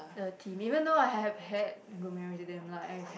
the team even though I have had good memories with them lah I've